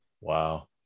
Wow